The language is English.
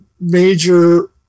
major